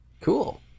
Cool